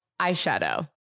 eyeshadow